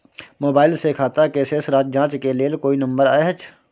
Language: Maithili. मोबाइल से खाता के शेस राशि जाँच के लेल कोई नंबर अएछ?